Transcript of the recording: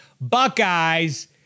buckeyes